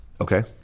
Okay